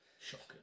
Shocking